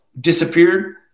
disappeared